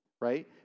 Right